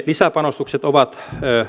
lisäpanostukset ovat